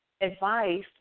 advice